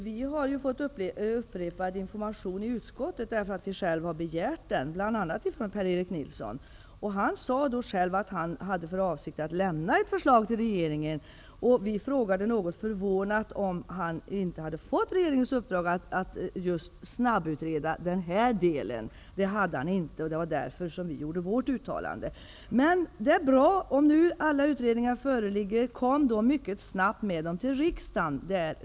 Herr talman! Vi i utskottet har informerats, eftersom vi själva har begärt information från bl.a. Per-Erik Nilsson. Han sade att han hade för avsikt att lämna ett förslag till regeringen. Vi undrade då förvånat om han inte hade fått regeringens uppdrag att snabbutreda just den här delen, men det hade han inte. Det var därför som vi gjorde vårt uttalande. Det är bra att det nu är utredningar på gång. Men kom med förslagen mycket snabbt till riksdagen!